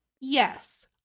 yes